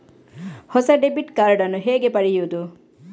ಹೊಸ debit card ನ್ನು ಹೇಗೆ ಪಡೆಯುದು?